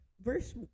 verse